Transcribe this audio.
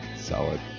solid